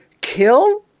kill